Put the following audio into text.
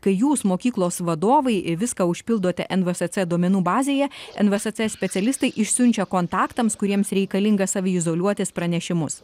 kai jūs mokyklos vadovai viską užpildote nvsc duomenų bazėje nvsc specialistai išsiunčia kontaktams kuriems reikalinga saviizoliuotis pranešimus